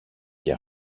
και